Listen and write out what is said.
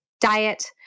diet